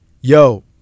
Yo